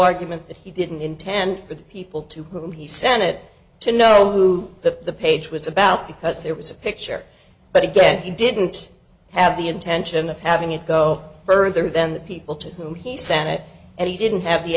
argument that he didn't intend for the people to whom he sent it to know who the page was about because there was a picture but again he didn't have the intention of having it go further than the people to whom he senate and he didn't have the